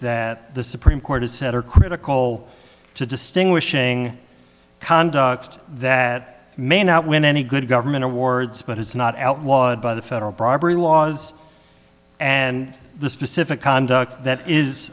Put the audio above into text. that the supreme court has said are critical to distinguishing conduct that may not win any good government awards but is not outlawed by the federal bribery laws and the specific conduct that is